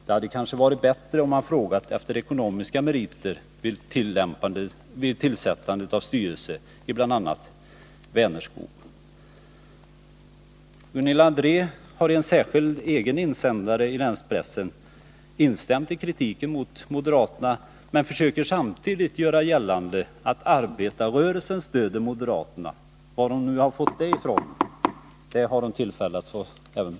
Det hade kanske varit bättre om man frågat efter ekonomiska meriter vid tillsättandet av styrelse i bl a Vänerskog.” Gunilla André har i en egen insändare i länspressen instämt i kritiken mot moderaterna, men hon försöker samtidigt göra gällande att arbetarrörelsen stöder moderaterna. Var hon har fått det ifrån har hon tillfälle att själv svara på.